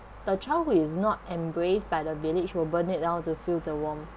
the child who is not embraced by the village will burn it down to fill the warmth